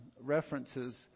references